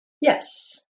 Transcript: Yes